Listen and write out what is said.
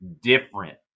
different